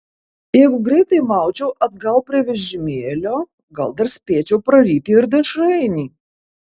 jeigu greitai maučiau atgal prie vežimėlio gal dar spėčiau praryti ir dešrainį